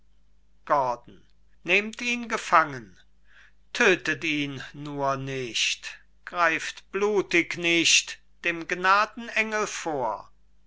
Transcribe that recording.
gordon nehmt ihn gefangen tötet ihn nur nicht greift blutig nicht dem gnadenengel vor